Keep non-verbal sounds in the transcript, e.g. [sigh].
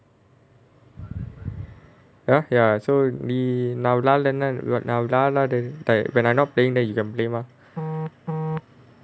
uh ya so நீ நான் விளையாடலான:nee naan vilaiyaadalanaa [laughs] like when I not playing then you can play lah [noise]